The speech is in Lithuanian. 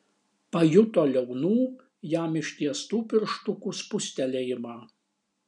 pajuto liaunų jam ištiestų pirštukų spustelėjimą